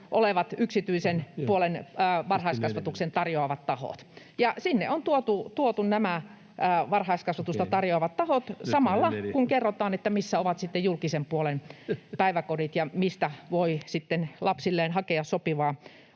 olevat yksityisen puolen varhaiskasvatusta tarjoavat tahot, ja sinne on tuotu nämä varhaiskasvatusta tarjoavat tahot samalla, kun kerrotaan, missä ovat julkisen puolen päiväkodit ja mistä voi sitten lapsilleen hakea sopivaa